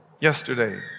yesterday